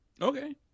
Okay